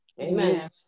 Amen